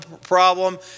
problem